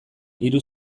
hiru